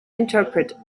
interpret